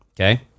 okay